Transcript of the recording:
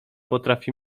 potrafi